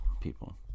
people